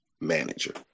manager